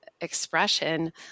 expression